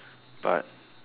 but